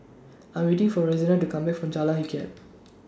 I'm waiting For Rosena to Come Back from Jalan